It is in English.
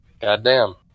goddamn